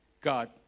God